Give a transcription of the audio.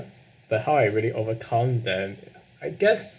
but how I really overcome then I guess